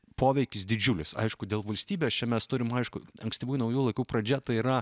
poveikis didžiulis aišku dėl valstybės čia mes turim aiškų ankstyvųjų naujų laikų pradžia tai yra